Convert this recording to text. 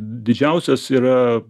didžiausias yra